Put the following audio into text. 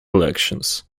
elections